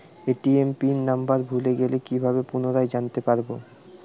ATM pin number ভুলে গেলে কি ভাবে পুনরায় জানতে পারবো?